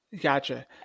Gotcha